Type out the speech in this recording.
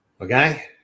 okay